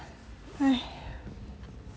!haiya!